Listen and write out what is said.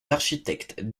architectes